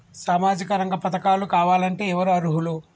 సామాజిక రంగ పథకాలు కావాలంటే ఎవరు అర్హులు?